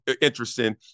interesting